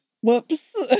Whoops